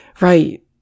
Right